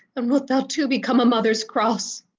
and wilt thou too become a mother's cross?